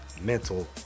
mental